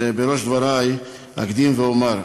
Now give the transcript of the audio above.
בראש דברי אקדים ואומר,